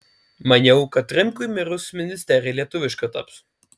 maniau kad rimkui mirus ministerija lietuviška taps